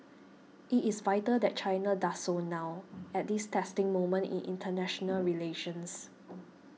it is vital that China does so now at this testing moment in international relations